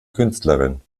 künstlerin